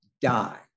die